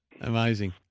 Amazing